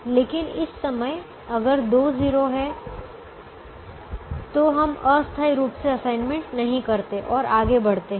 लेकिन इस समय अगर दो 0 हैं तो हम अस्थायी रूप से असाइनमेंट नहीं करते हैं और आगे बढ़ते हैं